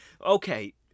okay